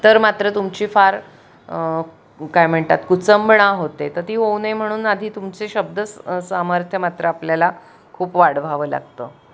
तर मात्र तुमची फार काय म्हणतात कुचंबणा होते तर ती होऊ नये म्हणून आधी तुमचे शब्द स सामर्थ्य मात्र आपल्याला खूप वाढवावं लागतं